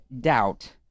doubt